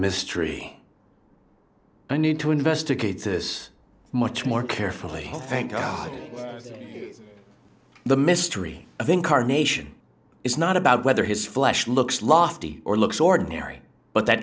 mystery i need to investigate this much more carefully think of it the mystery of incarnation is not about whether his flesh looks lofty or looks ordinary but that